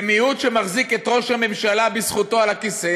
זה מיעוט שמחזיק את ראש הממשלה בזכותו על הכיסא,